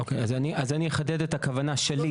אוקיי, אז אני אחדד את הכוונה שלי.